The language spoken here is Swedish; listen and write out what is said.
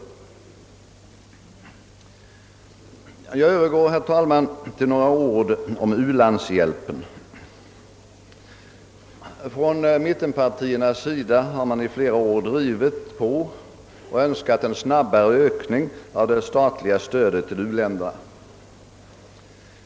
Jag övergår, herr talman, till några ord om u-landshjälpen. Från mittenpartiernas sida har man i flera år drivit på och önskat en snabbare ökning av det statliga stödet till u-länderna.